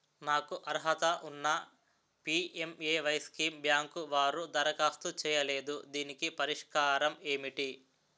నాకు అర్హత ఉన్నా పి.ఎం.ఎ.వై స్కీమ్ బ్యాంకు వారు దరఖాస్తు చేయలేదు దీనికి పరిష్కారం ఏమిటి?